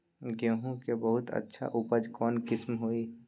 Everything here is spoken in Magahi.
गेंहू के बहुत अच्छा उपज कौन किस्म होई?